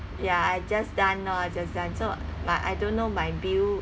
ya I just done lor I just done so but I don't know my bill